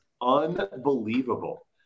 unbelievable